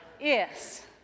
Yes